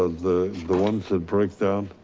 ah the the ones that break down?